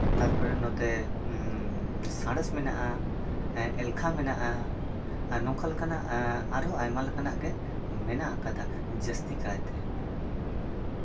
ᱛᱟᱨᱯᱚᱨᱮ ᱱᱚᱛᱮ ᱦᱮᱸ ᱥᱟᱬᱮᱥ ᱢᱮᱱᱟᱜᱼᱟ ᱮᱞᱠᱷᱟ ᱢᱮᱱᱟᱜᱼᱟ ᱱᱚᱝᱠᱟ ᱞᱮᱠᱟᱱᱟᱜ ᱟᱨᱦᱚᱸ ᱟᱭᱢᱟ ᱞᱮᱠᱟᱱᱟᱜ ᱜᱮ ᱢᱮᱱᱟᱜ ᱟᱠᱟᱫᱟ ᱡᱟᱹᱥᱛᱤ ᱠᱟᱭᱛᱮ